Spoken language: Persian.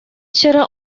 چرا